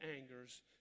angers